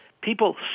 People